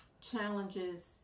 challenges